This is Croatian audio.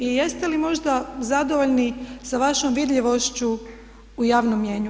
I jeste li možda zadovoljni sa vašom vidljivošću u javnom mnijenju.